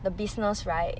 the business right